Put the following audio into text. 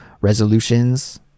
resolutions